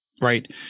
right